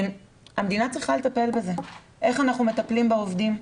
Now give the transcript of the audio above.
המדינה צריכה לטפל בזה איך אנחנו מטפלים בעובדים,